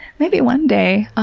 maybe one day. ah